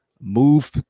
move